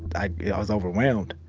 i was overwhelmed.